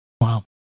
Wow